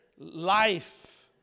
life